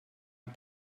amb